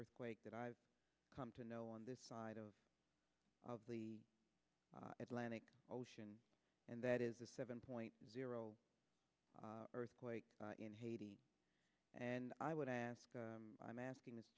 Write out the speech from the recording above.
earthquake that i've come to know on this side of of the atlantic ocean and that is a seven point zero earthquake in haiti and i would ask i'm asking